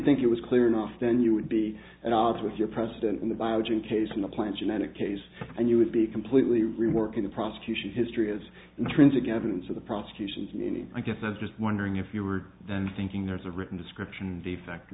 think it was clear enough then you would be an odds with your president in the biogen case in the plan genetic case and you would be completely reworking the prosecution history of intrinsic evidence of the prosecutions and i guess i was just wondering if you were thinking there's a written description defect or